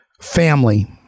family